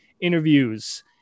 interviews